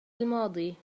الماضي